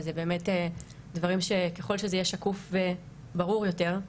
וזה באמת דברים שככל שזה יהיה שקוף וברור יותר,